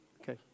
Okay